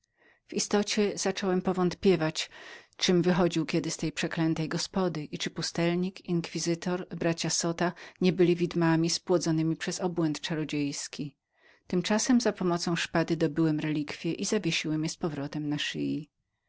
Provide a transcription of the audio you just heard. w istocie zacząłem powątpiewać czym wychodził kiedy z tej przeklętej gospody i czy pustelnik inkwizytor bracia zota nie byli widmami spłodzonemi przez obłęd czarodziejski tymczasem za pomocą szpady dobyłem relikwie i zawiesiłem je na szyi